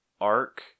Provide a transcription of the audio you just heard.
arc